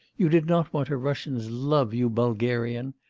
you did not want a russian's love, you bulgarian!